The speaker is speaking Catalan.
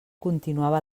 continuava